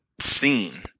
scene